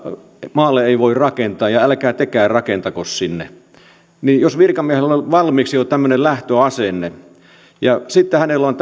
maalle ei voi rakentaa ja älkää tekään rakentako sinne jos virkamiehellä on jo valmiiksi tämmöinen lähtöasenne ja sitten hänellä on